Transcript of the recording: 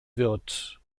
wird